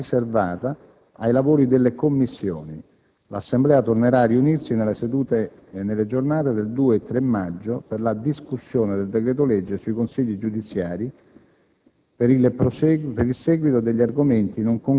La settimana successiva alla prossima sarà riservata ai lavori delle Commissioni. L'Assemblea tornerà a riunirsi nelle giornate del 2 e 3 maggio per la discussione del decreto-legge sui consigli giudiziari,